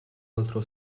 altro